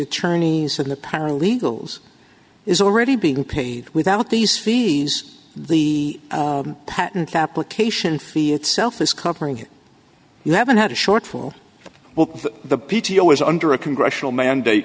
attorney and the paralegals is already being paid without these fees the patent application fee itself is covering you haven't had a shortfall well the p t o is under a congressional mandate